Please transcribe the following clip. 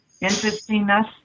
interestingness